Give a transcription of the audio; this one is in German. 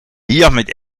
hiermit